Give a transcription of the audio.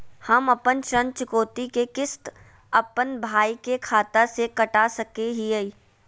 हम अपन ऋण चुकौती के किस्त, अपन भाई के खाता से कटा सकई हियई?